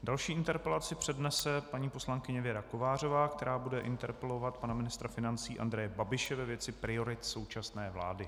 Další interpelaci přednese paní poslankyně Věra Kovářová, která bude interpelovat pana ministra financí Andreje Babiše ve věci priorit současné vlády.